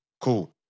Cool